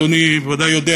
אדוני בוודאי יודע,